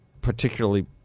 particularly